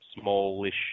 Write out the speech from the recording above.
smallish